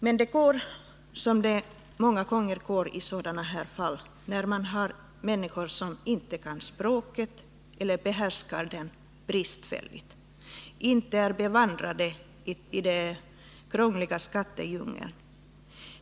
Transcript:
Men det går som det många gånger gör i sådana här fall när det gäller människor som inte kan språket eller behärskar det bristfälligt, inte är bevandrade i den krångliga skattedjungeln.